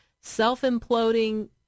self-imploding